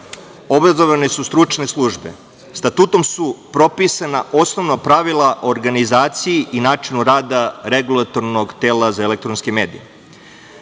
obrazovane su stručne službe. Statutom su propisana osnovna pravila o organizaciji i načinu rada Regulatornog tela za elektronske medije. Članovi